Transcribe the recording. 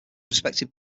respected